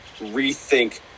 rethink